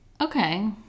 okay